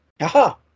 aha